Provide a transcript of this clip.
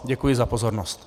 Děkuji za pozornost.